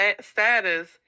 status